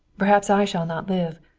perhaps i shall not live.